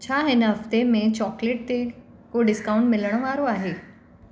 छा हिन हफ़्ते में चॉकलेट ते को डिस्काउंट मिलण वारो आहे